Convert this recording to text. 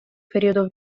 periodo